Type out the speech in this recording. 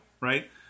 right